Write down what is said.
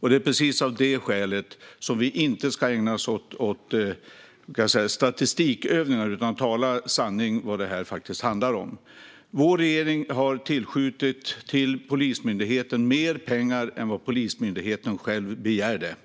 Det är av det skälet vi inte ska ägna oss åt statistikövningar, utan vi ska tala sanning om vad det handlar om. Vår regering har tillskjutit mer pengar till Polismyndigheten än Polismyndigheten själv begärde.